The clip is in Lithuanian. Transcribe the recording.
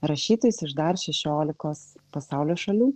rašytojais iš dar šešiolikos pasaulio šalių